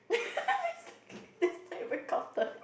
exactly that's not even counted